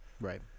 Right